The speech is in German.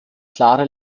klare